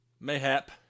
Mayhap